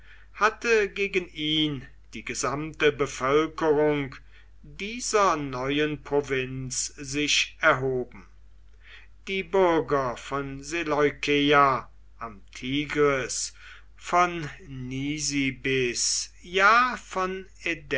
hatte gegen ihn die gesamte bevölkerung dieser neuen provinzen sich erhoben die bürger von seleukeia am tigris von nisibis ja von